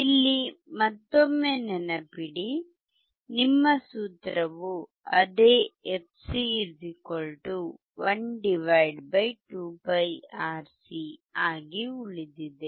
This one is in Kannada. ಇಲ್ಲಿ ಮತ್ತೊಮ್ಮೆ ನೆನಪಿಡಿ ನಿಮ್ಮ ಸೂತ್ರವು ಅದೇ fc 1 2πRC ಆಗಿ ಉಳಿದಿದೆ